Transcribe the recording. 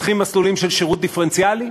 מפתחים מסלולים של שירות דיפרנציאלי,